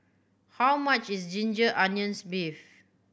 how much is ginger onions beef